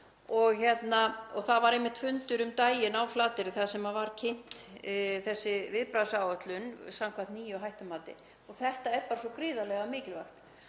Það var einmitt fundur um daginn á Flateyri þar sem var kynnt þessi viðbragðsáætlun samkvæmt nýju hættumati og þetta er bara svo gríðarlega mikilvægt.